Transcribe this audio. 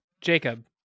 Jacob